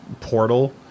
portal